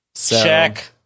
Check